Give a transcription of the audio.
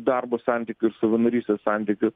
darbo santykius savanorystės santykius